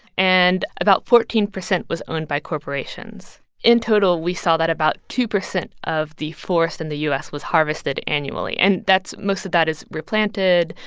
and about fourteen percent was owned by corporations in total, we saw that about two percent of the forest in and the u s. was harvested annually, and that's most of that is replanted.